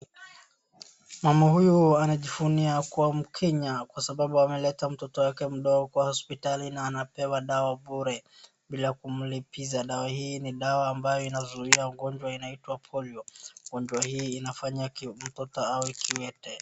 Mama huyu anajivunia kuwa mkenya kwa sababu ameleta mtoto wake mdogo kwa hospitali na anapewa dawa bure bila kumlipiza. Dawa hii ni dawa inayozui ugonjwa unaitwao polio. Ugonjwa hii inafanya mtoto awe kiwete.